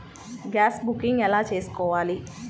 Gas booking ఎలా చేసుకోవాలి?